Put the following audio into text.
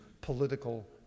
political